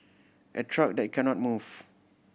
a truck that cannot move